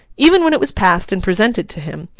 even when it was passed and presented to him,